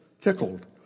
tickled